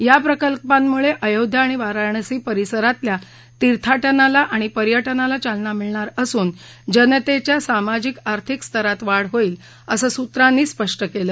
या प्रकल्पांमुळे अयोध्या आणि वाराणसी परिसरातल्या तिर्थाटनाला आणि पर्यटनाला चालना मिळणार असून जनतेच्या सामाजिक आर्थिक स्तरात वाढ होईल असं सूत्रांनी स्पष्टं केलं